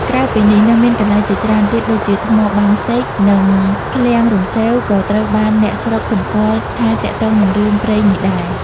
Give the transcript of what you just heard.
ក្រៅពីនេះ នៅមានកន្លែងជាច្រើនទៀតដូចជា ថ្មបាំងសេក និង ឃ្លាំងរំសេវ ក៏ត្រូវបានអ្នកស្រុកសម្គាល់ថាទាក់ទងនឹងរឿងព្រេងនេះដែរ។